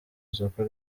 isoko